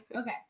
okay